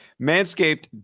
Manscaped